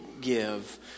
give